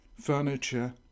furniture